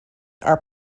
are